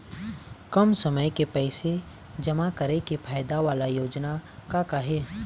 कम समय के पैसे जमा करे के फायदा वाला योजना का का हे?